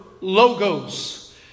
logos